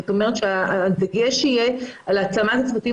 זאת אומרת שהדגש יהיה על התאמת הצוותים